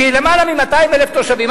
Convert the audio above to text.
שיש בה למעלה מ-200,000 תושבים,